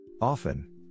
Often